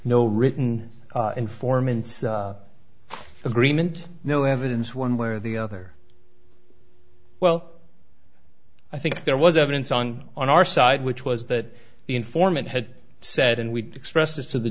no written informants agreement no evidence one way or the other well i think there was evidence on on our side which was that the informant had said and we expressed to the